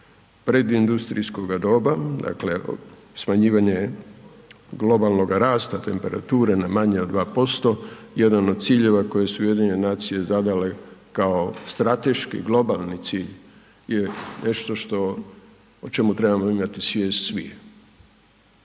predindustrijskoga doba, dakle smanjivanje globalnoga rasta temperature na manje od 2% jedan od ciljeva koje su UN zadale kao strateški globalni cilj je nešto što o čemu trebamo imati svijest svi.